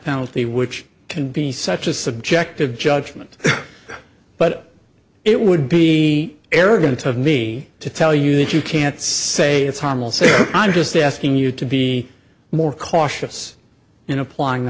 penalty which can be such a subjective judgment but it would be arrogant of me to tell you that you can't say it's harmful say i'm just asking you to be more cautious in applying the